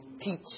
teach